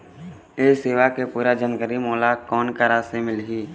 ये सेवा के पूरा जानकारी मोला कोन करा से मिलही?